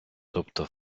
тобто